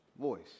voice